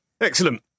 Excellent